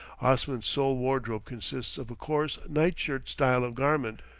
osman's sole wardrobe consists of a coarse night-shirt style of garment,